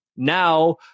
Now